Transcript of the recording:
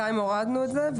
בינתיים הורדנו את זה,